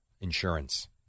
Insurance